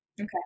Okay